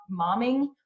momming